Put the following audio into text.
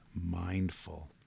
mindful